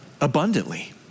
abundantly